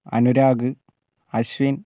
Anurag Ashwin